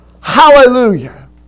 Hallelujah